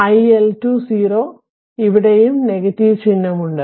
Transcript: അതിനാൽ iL2 0 അതിനാൽ ഇവിടെയും ചിഹ്നം ഉണ്ട്